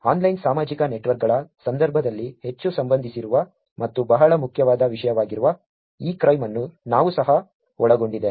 online ಸಾಮಾಜಿಕ ನೆಟ್ವರ್ಕ್ಗಳ ಸಂದರ್ಭದಲ್ಲಿ ಹೆಚ್ಚು ಸಂಬಂಧಿಸಿರುವ ಮತ್ತು ಬಹಳ ಮುಖ್ಯವಾದ ವಿಷಯವಾಗಿರುವ ಇ ಕ್ರೈಮ್ ಅನ್ನು ನಾವು ಸಹ ಒಳಗೊಂಡಿದೆ